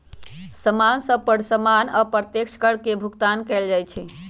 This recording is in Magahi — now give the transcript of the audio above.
समान सभ पर सामान्य अप्रत्यक्ष कर के भुगतान कएल जाइ छइ